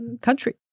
country